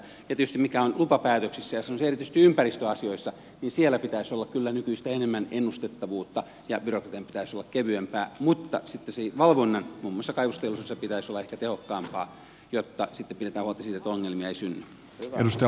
tietysti mitä tulee lupapäätöksiin ja sanoisin erityisesti ympäristöasioihin niin siellä pitäisi olla kyllä nykyistä enemmän ennustettavuutta ja byrokratian pitäisi olla kevyempää mutta sitten sen valvonnan muun muassa kaivosteollisuudessa pitäisi olla ehkä tehokkaampaa jotta sitten pidetään huolta siitä että ongelmia ei synny